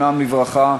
לטלטל אם צריך דמוקרטיה,